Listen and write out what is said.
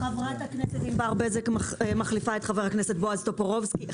חברת הכנסת ענבר בזק מחליפה את חבר הכנסת בועז טופורובסקי,